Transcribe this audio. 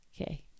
Okay